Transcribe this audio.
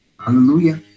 Hallelujah